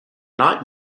not